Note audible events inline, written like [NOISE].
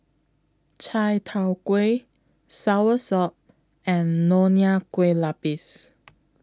Chai Tow Kway Soursop and Nonya Kueh Lapis [NOISE]